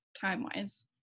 time-wise